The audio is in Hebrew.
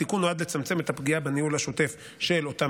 התיקון נועד לצמצם את הפגיעה בניהול השוטף של אותם